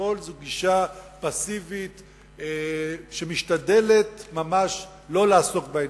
הכול זו גישה פסיבית שמשתדלת ממש לא לעסוק בעניין.